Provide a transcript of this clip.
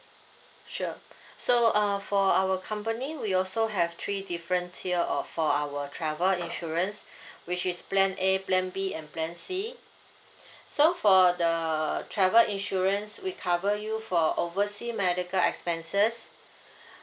sure so uh for our company we also have three different tier of for our travel insurance which is plan A plan B and plan C so for the travel insurance we cover you for oversea medical expenses